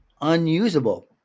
unusable